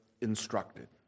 instructed